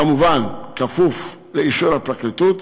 כמובן כפוף לאישור הפרקליטות.